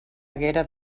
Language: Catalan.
haguera